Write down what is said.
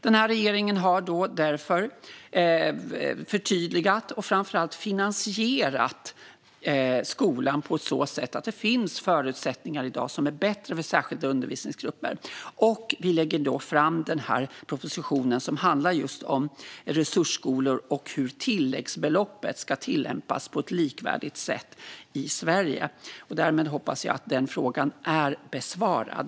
Den här regeringen har därför förtydligat detta och framför allt finansierat skolan på ett sådant sätt att det i dag finns bättre förutsättningar för särskilda undervisningsgrupper. Vi lägger också fram en proposition som handlar om resursskolor och hur tilläggsbeloppet ska tillämpas på ett likvärdigt sätt i Sverige. Därmed hoppas jag att den frågan är besvarad.